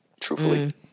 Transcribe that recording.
truthfully